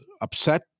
upset